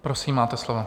Prosím, máte slovo.